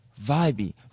Vibey